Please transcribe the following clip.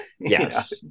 Yes